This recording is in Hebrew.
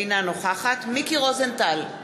אינה נוכחת מיקי רוזנטל,